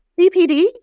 BPD